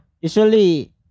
Usually